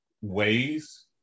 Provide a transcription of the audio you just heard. ways